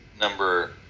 number